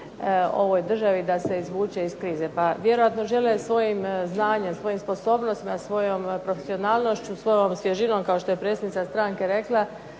ovoj državi da se izvuče iz krize. Pa vjerojatno žele svojim znanjem, svojim sposobnostima, svojom profesionalnošću, svojom svježinom kao što je predsjednica stranke rekla